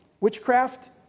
Witchcraft